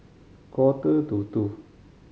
quarter to two